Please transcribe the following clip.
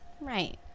Right